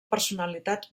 personalitat